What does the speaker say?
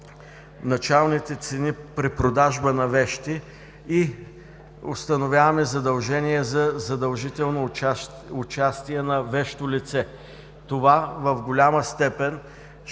началните цени при продажба на вещи и установяваме задължения за задължително участие на вещо лице. Това в голяма степен ще